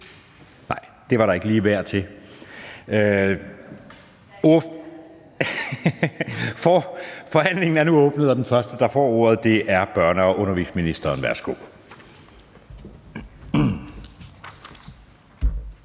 fra Alternativet. Forhandlingen er nu åbnet, og den første, der får ordet, er børne- og undervisningsministeren. Kl.